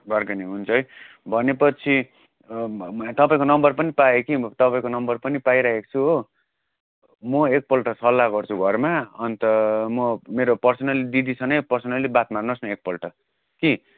bargaining हुन्छ है भनेपछि तपाईँको नम्बर पनि पाएँ कि म तपाईँको नम्बर पनि पाइरहेको छु हो म एकपल्ट सल्लाह गर्छु घरमा अन्त म मेरो पर्सनल्ली दिदीसँगै पर्सनल्ली बात मार्नुहोस् न एकपल्ट कि